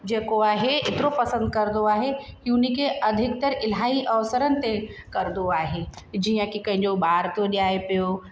जेको आहे हेतिरो पसंदि कंदो आहे कि हुनखे अधिक्तर इलाही अवसरनि ते कंदो आहे जीअं कि कंहिंजो ॿार थो ॼाइ पियो